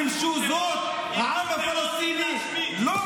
אפשר להגיד שהחמאס ארגון טרור?